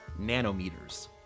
nanometers